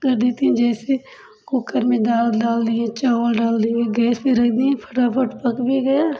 कर देती हैं जैसे कुकर में दाल डाल दिए चावल डाल दिए गैस पे रख दिए फटाफट पक भी गया